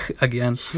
again